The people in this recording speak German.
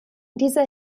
dieser